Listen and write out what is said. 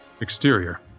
Exterior